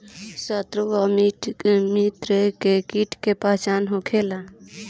सत्रु व मित्र कीट के पहचान का होला?